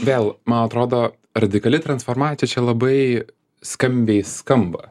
vėl man atrodo radikali transformacija čia labai skambiai skamba